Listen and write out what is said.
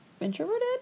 introverted